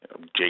Jake